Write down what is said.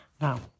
Now